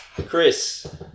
Chris